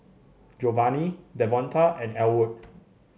Jovani Devonta and Ellwood